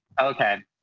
Okay